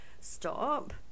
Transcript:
Stop